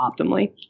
optimally